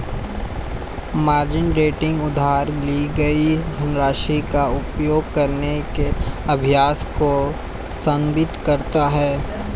margin trading उधार ली गई धनराशि का उपयोग करने के अभ्यास को संदर्भित करता है